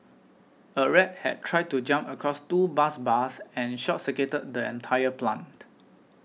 a rat had tried to jump across two bus bars and short circuited the entire plant